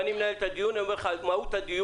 אני מנהל את הדיון, ואני אומר לך את מהות הדיון.